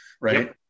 right